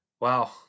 Wow